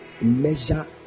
Measure